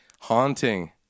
haunting